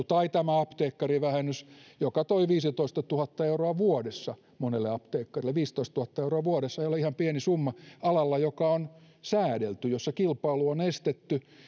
tai apteekkarivähennys joka toi viisitoistatuhatta euroa vuodessa monelle apteekkarille viisitoistatuhatta euroa vuodessa ei ole ihan pieni summa alalla joka on säädelty ja jolla kilpailu on estetty ja